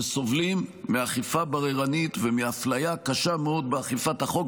שסובלים מאכיפה בררנית ומאפליה קשה מאוד באכיפת החוק.